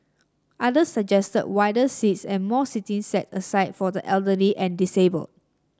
other suggested wider seats and more seating set aside for the elderly and disabled